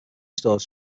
stores